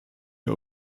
der